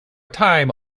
time